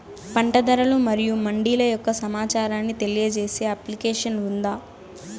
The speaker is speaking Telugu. పంట ధరలు మరియు మండీల యొక్క సమాచారాన్ని తెలియజేసే అప్లికేషన్ ఉందా?